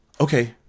okay